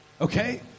okay